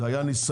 זה היה ניסיון,